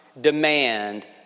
demand